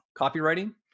copywriting